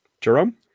Jerome